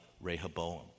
Rehoboam